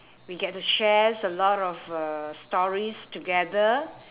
we get to shares a lot of uh stories together